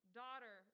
daughter